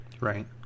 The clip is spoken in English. right